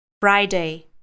Friday